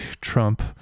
Trump